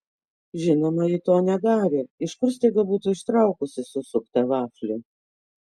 žinoma ji to nedarė iš kur staiga būtų ištraukusi susuktą vaflį